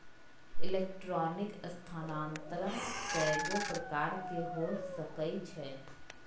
electronic स्थानान्तरण कएगो प्रकार के हो सकइ छै